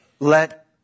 Let